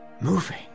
moving